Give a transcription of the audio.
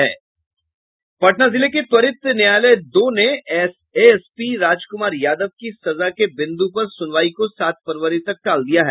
पटना जिले की त्वरित न्यायालय दो ने एएसपी राजकुमार यादव के सजा के बिंदु पर सुनवाई को सात फरवरी तक टाल दिया है